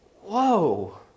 Whoa